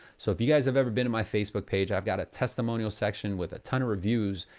so if you guys have ever been in my facebook page, i've got a testimonial section with a ton of reviews.